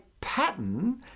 pattern